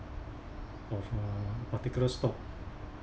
of a particular stock